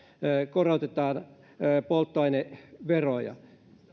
korotetaan polttoaineveroja